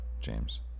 James